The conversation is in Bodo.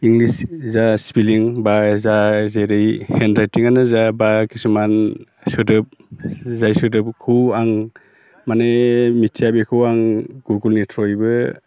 इंलिस जा स्पेलिं बा जा जेरै हेन्डराइटिङानो जा बा किसुमान सोदोब जाय सोदोबखौ आं माने मिथिया बेखौ आं गुगोलनि ट्र'यैबो